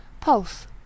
Pulse